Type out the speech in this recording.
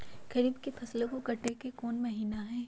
खरीफ के फसल के कटे के कोंन महिना हई?